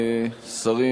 שרים,